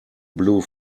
blue